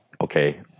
okay